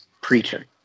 Preacher